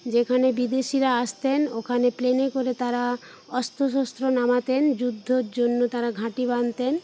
যেখানে বিদেশিরা আসতেন ওখানে প্লেনে করে তারা অস্ত্র শস্ত্র নামাতেন যুদ্ধর জন্য তাঁরা ঘাঁটি বাঁধতেন